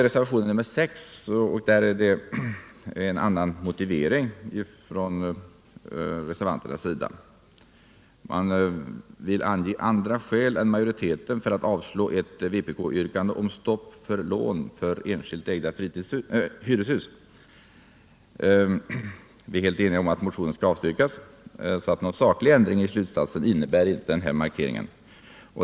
Reservationen 6 är en s.k. motiveringsreservation, där socialdemokraterna i utskottet vill ange andra skäl än majoriteten för att avslå ett vpk-yrkande om stopp för lån till enskilt ägda hyreshus. Vi är helt eniga om att motionen skall avstyrkas, så någon saklig ändring i slutsatsen innebär inte den här markeringen.